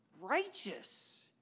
righteous